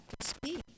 speak